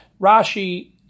Rashi